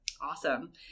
Awesome